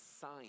sign